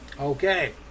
Okay